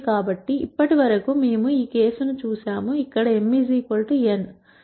కాబట్టి ఇప్పటి వరకు మేము కేసు ను చూశాము ఇక్కడ m n